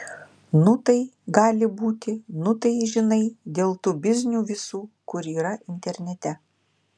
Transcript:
nu tai gali būti nu tai žinai dėl tų biznių visų kur yra internete